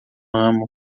ramo